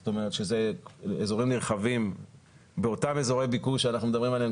זאת אומרת שאזורים נרחבים באותם אזורי ביקוש שאנחנו מדברים עליהם,